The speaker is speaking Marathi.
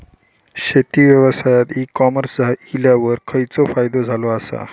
शेती व्यवसायात ई कॉमर्स इल्यावर खयचो फायदो झालो आसा?